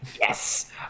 Yes